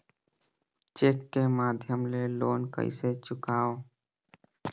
Cheque के माध्यम ले लोन कइसे चुकांव?